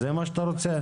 זה מה שאתה רוצה?